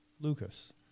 Lucas